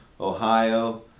Ohio